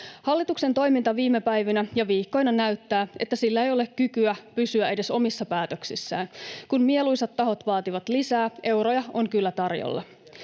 Hallituksen toiminta viime päivinä ja viikkoina näyttää, että sillä ei ole kykyä pysyä edes omissa päätöksissään. Kun mieluisat tahot vaativat lisää, euroja on kyllä tarjolla.